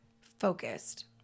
focused